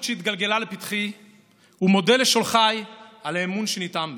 שהתגלגלה לפתחי ומודה לשולחיי על האמון שניתן בי.